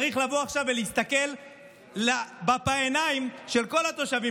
צריך לבוא עכשיו ולהסתכל בעיניים של כל התושבים